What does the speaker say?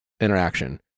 interaction